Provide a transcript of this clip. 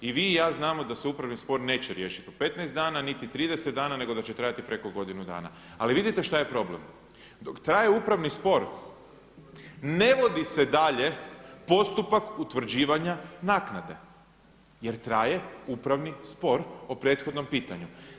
I vi i ja znamo da se upravni spor neće riješiti u 15 dana niti 30 nego da će trajati preko godinu dana, ali vidite šta je problem, dok traje upravni spor ne vodi se dalje postupak utvrđivanja naknade jer traje upravni spor o prethodnom pitanju.